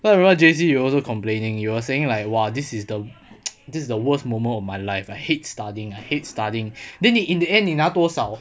casue I remember J_C you also complaining you were saying like !wah! this is the this is the worst moment of my life I hate studying I hate studying then 你 in the end 你拿多少